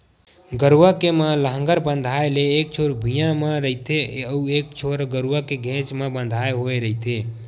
गरूवा के म लांहगर बंधाय ले एक छोर भिंयाँ म रहिथे अउ एक छोर गरूवा के घेंच म बंधाय होय रहिथे